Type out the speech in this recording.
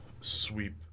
sweep